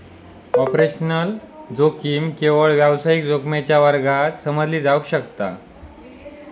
operational जोखीम केवळ व्यावसायिक जोखमीच्या वर्गात समजली जावक शकता